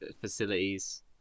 facilities